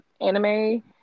anime